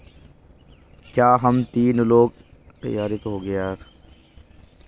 क्या हम तीन लोग एक साथ सयुंक्त खाता खोल सकते हैं?